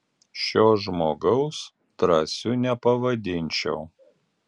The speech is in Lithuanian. šio žmogaus drąsiu nepavadinčiau